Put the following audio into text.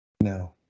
No